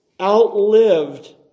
outlived